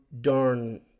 darn